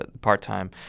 part-time